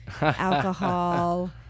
alcohol